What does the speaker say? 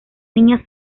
niñas